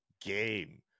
game